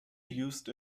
used